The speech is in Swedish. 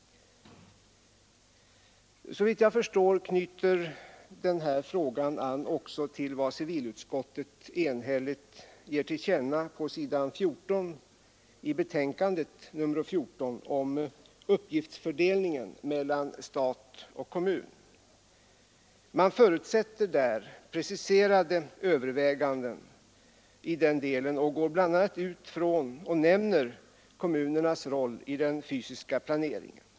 Såvitt jag förstår knyter den här frågan an också till vad civilutskottet enhälligt ger till känna — på s.14 i betänkandet nr 14 — om uppgiftsfördelningen mellan stat och kommun. Man förutsätter där preciserade överväganden i den delen och går bl.a. ut från och nämner kommunernas roll i den fysiska planeringen.